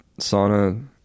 sauna